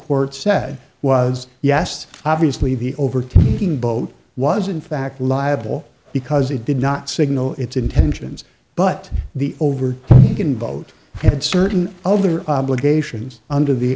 court said was yes obviously the over teaching boat was in fact liable because it did not signal its intentions but the over can vote had certain other obligations under the